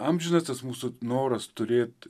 amžinas tas mūsų noras turėt